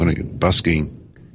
busking